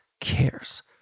cares